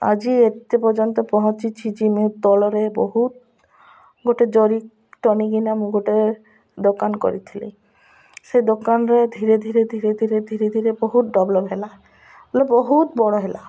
ଆଜି ଏତେ ପର୍ଯ୍ୟନ୍ତ ପହଞ୍ଚିଛି ଯେ ମୁଇଁ ତଳରେ ବହୁତ ଗୋଟେ ଜରି ଟାଣିକିନା ମୁଁ ଗୋଟେ ଦୋକାନ କରିଥିଲି ସେ ଦୋକାନରେ ଧୀରେ ଧୀରେ ଧୀରେ ଧୀରେ ଧୀରେ ଧୀରେ ବହୁତ ଡେଭ୍ଲପ୍ ହେଲା ବଲେ ବହୁତ ବଡ଼ ହେଲା